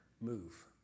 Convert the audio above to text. move